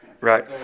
right